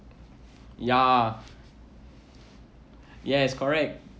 ya yes correct